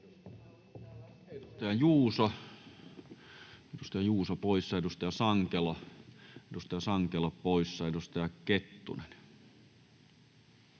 Edustaja Juuso poissa, edustaja Sankelo poissa. — Edustaja Kettunen.